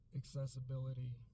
accessibility